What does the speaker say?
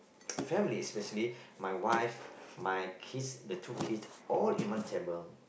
family especially my wife my kids the two kids all in one table